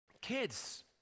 Kids